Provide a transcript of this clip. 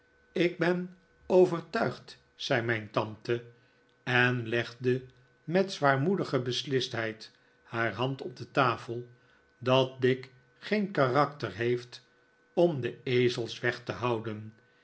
ik ben overtuigd zei mijn tante en legde met zwaarmoedige beslistheid haar hand op de tafel dat dick geen karakter heeft om de ezels weg te houden